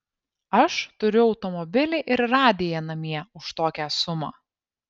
aš turiu automobilį ir radiją namie už tokią sumą